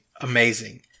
amazing